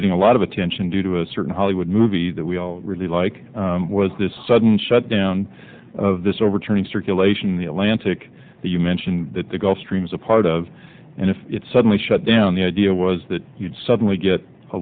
getting a lot of attention due to a certain hollywood movie that we all really like was this sudden shutdown of this overturning circulation in the atlantic that you mentioned that the gulf stream is a part of and if it suddenly shut down the idea was that you'd suddenly get a